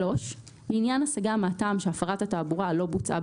לעניין השגה מהטעם שהפרת התעבורה לא בוצעה